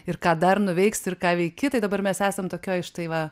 ir ką dar nuveiksi ir ką veiki tai dabar mes esam tokioj štai va